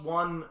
one